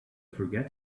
forget